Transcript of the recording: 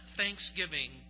thanksgiving